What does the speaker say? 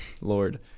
Lord